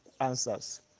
answers